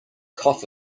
cough